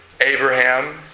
Abraham